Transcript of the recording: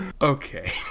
Okay